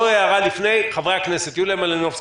יוליה מלינובסקי,